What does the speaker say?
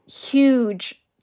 huge